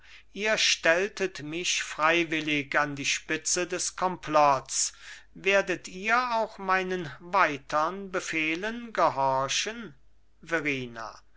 ihr stelltet mich freiwillig an die spitze des komplotts werdet ihr auch meinen weitern befehlen gehorchen